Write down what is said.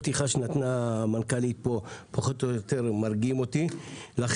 שנתנה המנכ"לית פה פחות או יותר מרגיעים אותי ולכן,